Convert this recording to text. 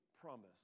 promise